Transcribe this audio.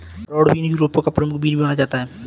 broad bean Europe का प्रमुख bean माना जाता है